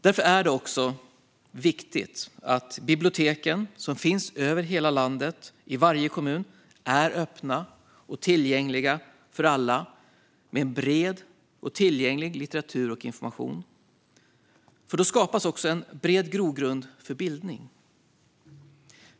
Därför är det viktigt att biblioteken, som finns över hela landet i varje kommun, är öppna och tillgängliga för alla, med bred och tillgänglig litteratur och information. Då skapas också en bred grogrund för bildning.